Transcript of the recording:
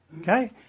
Okay